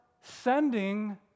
sending